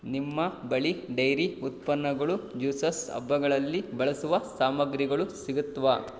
ನಿಮ್ಮ ಬಳಿ ಡೈರಿ ಉತ್ಪನ್ನಗಳು ಜ್ಯೂಸಸ್ ಹಬ್ಬಗಳಲ್ಲಿ ಬಳಸುವ ಸಾಮಗ್ರಿಗಳು ಸಿಗತ್ವಾ